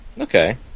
Okay